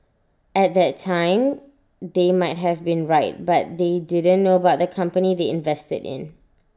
at that time they might have been right but they didn't know about the company they invested in